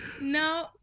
No